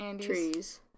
Trees